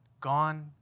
gone